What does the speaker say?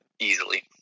easily